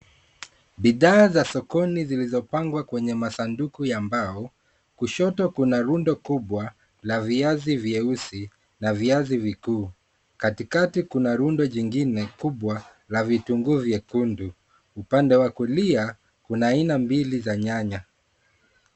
Bidhaa za sokoni zilizopangwa kwenye masanduku ya mbao. Kushoto kuna rundo kubwa la viazi vyeusi na viazi vikuu. Katikati kunma rundo jingine kubwa la vitunguu vyekundu, upande wa kulia kuna aina mbili za nyanya.